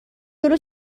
جلو